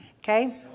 Okay